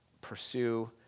pursue